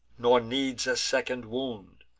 nor needs a second wound,